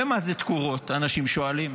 ומה זה תקורות, אנשים שואלים,